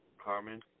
Carmen